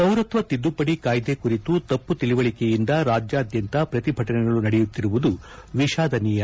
ಪೌರತ್ವ ತಿದ್ದುಪಡಿ ಕಾಯ್ದೆ ಕುರಿತು ತಪ್ಪು ತಿಳುವಳಕೆಯಿಂದ ರಾಜ್ಯಾದ್ಯಂತ ಪ್ರತಿಭಟನೆಗಳು ನಡೆಯುತ್ತಿರುವುದು ವಿಷಾದನೀಯ